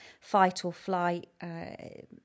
fight-or-flight